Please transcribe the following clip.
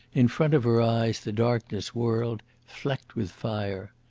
in front of her eyes the darkness whirled, flecked with fire.